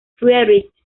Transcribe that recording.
friedrich